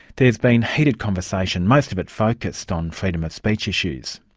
there has been heated conversation, most of it focused on freedom of speech issues.